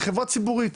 היא חברה ציבורית,